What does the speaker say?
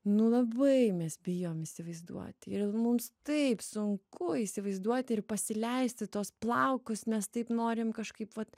nu labai mes bijom įsivaizduoti ir mums taip sunku įsivaizduoti ir pasileisti tuos plaukus nes taip norim kažkaip vat